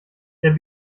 der